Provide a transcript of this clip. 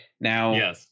Now